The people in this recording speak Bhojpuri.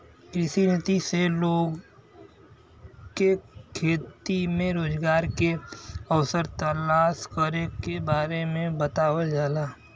कृषि नीति से लोग के खेती में रोजगार के अवसर तलाश करे के बारे में बतावल जाला